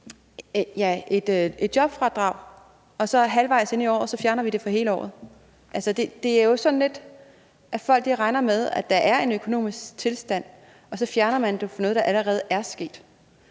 et jobfradrag, og halvvejs inde i året fjerner vi det for hele året. Altså, det er jo sådan lidt, at folk regner med, at der er en økonomisk tilstand, og så fjerner man det for noget, der allerede er sket.